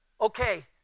Okay